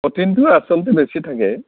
প্ৰ'টিনটো আচলতে বেছি থাকে